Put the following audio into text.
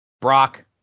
Brock